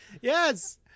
yes